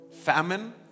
famine